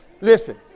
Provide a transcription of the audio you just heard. Listen